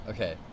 Okay